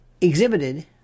exhibited